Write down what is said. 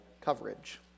coverage